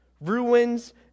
ruins